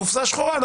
קופסה שחורה,